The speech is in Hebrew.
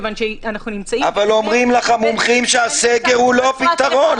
כיוון שאנחנו נמצאים --- אבל אומרים לך המומחים שהסגר הוא לא הפתרון.